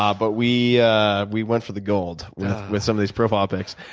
ah but we yeah we went for the gold with some of these profile pics.